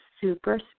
super